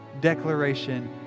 declaration